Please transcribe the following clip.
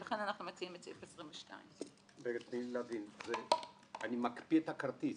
ולכן אנחנו מציעים את סעיף 22. אני מקפיא את הכרטיס.